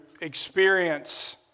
experience